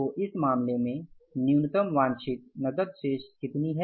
तो इस मामले में न्यूनतम वांछित नकद शेष कितनी है